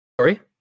Sorry